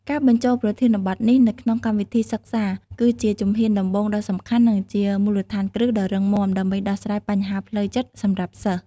ការបញ្ចូលប្រធានបទនេះទៅក្នុងកម្មវិធីសិក្សាគឺជាជំហានដំបូងដ៏សំខាន់និងជាមូលដ្ឋានគ្រឹះដ៏រឹងមាំដើម្បីដោះស្រាយបញ្ហាផ្លូវចិត្តសម្រាប់សិស្ស។